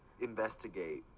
investigate